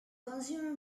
consumer